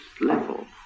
level